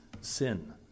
sin